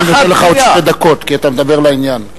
אני נותן לך עוד שתי דקות, כי אתה מדבר לעניין.